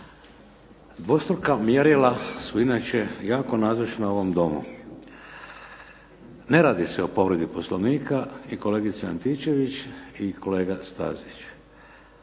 Dvostruka mjerila su inače jako nazočna u ovom domu. Ne radi se o povredi Poslovnika i kolegice Antičević i kolega Stazić.